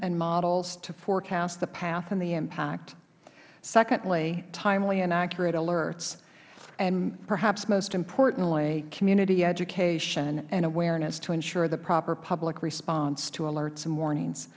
and models to forecast the path and the impact secondly timely and accurate alerts and perhaps most importantly community education and awareness to ensure the proper public response to alerts and warnings